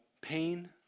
pain